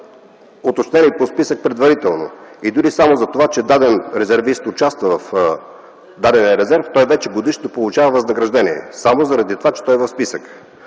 уточнени по списък и дори само за това, че даден резервист участва в дадения резерв, той вече годишно получава възнаграждение, само заради това, че той е в списъка.